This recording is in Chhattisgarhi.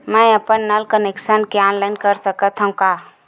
मैं अपन नल कनेक्शन के ऑनलाइन कर सकथव का?